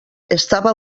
estava